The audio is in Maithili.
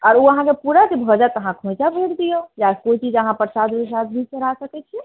आओर ओ अहाँकेँ पूरा जे भऽ जाएत अहाँ खोइचा भरि दियौ या कोइ चीज अहाँ प्रसादी झाँप भी चढ़ा सकैत छी